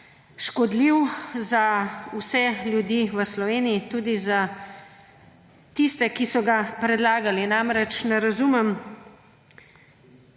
škodljiv za vse ljudi v Sloveniji, tudi za tiste, ki so ga predlagali. Ne razumem